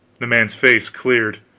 the man's face cleared.